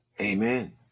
Amen